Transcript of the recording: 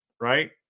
right